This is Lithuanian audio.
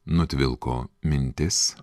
nutvilko mintis